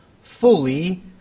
fully